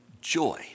joy